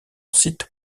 site